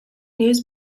news